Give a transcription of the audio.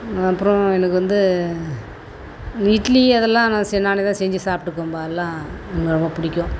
அப்புறம் எனக்கு வந்து இட்லி அதெல்லாம் நான் செ நானே தான் செஞ்சி சாப்பிட்டுக்குவேன்ப்பா எல்லாம் எனக்கு ரொம்ப பிடிக்கும்